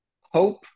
hope